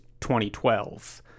2012